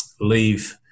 leave